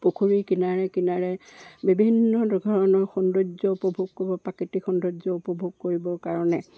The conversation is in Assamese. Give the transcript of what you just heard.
পুখুৰী কিনাৰে কিনাৰে বিভিন্ন ধৰণৰ সৌন্দৰ্য উপভোগ কৰিব প্ৰাকৃতিক সৌন্দৰ্য উপভোগ কৰিবৰ কাৰণে